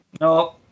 No